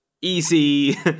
easy